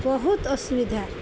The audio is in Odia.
ବହୁତ ଅସୁବିଧା